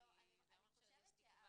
זה אומר שעוד יש תקווה.